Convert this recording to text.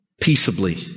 peaceably